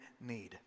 need